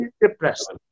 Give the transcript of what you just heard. depressed